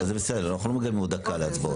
אבל זה בסדר, אנחנו לא מגיעים עוד דקה להצבעות.